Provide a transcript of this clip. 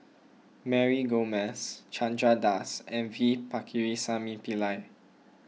Mary Gomes Chandra Das and V Pakirisamy Pillai